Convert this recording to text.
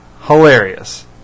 hilarious